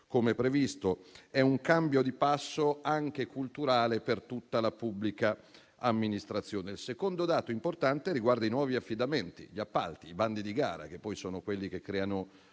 come previsto. Si tratta di un cambio di passo anche culturale per tutta la pubblica amministrazione. Il secondo dato importante riguarda i nuovi affidamenti, gli appalti, i bandi di gara - che poi sono quelli che creano